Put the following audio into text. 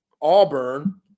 Auburn